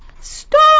Stop